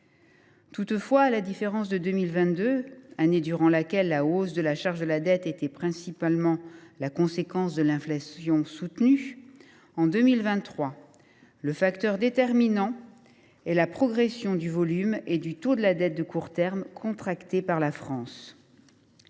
Toutefois, à la différence de 2022, année durant laquelle la hausse de la charge de la dette était principalement la conséquence de l’inflation soutenue, le facteur déterminant en 2023 est la progression du volume et du taux de la dette de court terme contractée par la France.